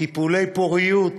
טיפולי פוריות,